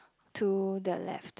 to the left